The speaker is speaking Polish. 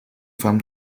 wam